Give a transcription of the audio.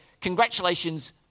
congratulations